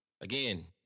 Again